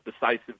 decisive